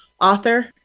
author